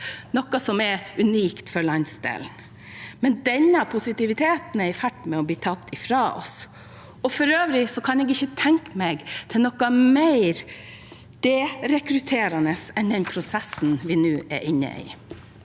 noe som jo er unikt for landsdelen, men denne positiviteten er i ferd med å bli tatt fra oss. For øvrig kan jeg ikke tenke meg noe som virker mer negativt på rekruttering enn den prosessen vi nå er inne i.